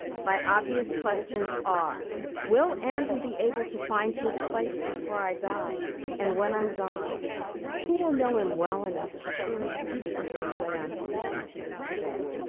my obvious questions are will andrew be able to find his place before i die and when i'm gone who will know him well enough to truly speak for him the way i'm speaking to you today?